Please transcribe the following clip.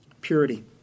Purity